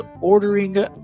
ordering